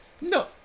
No